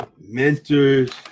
mentors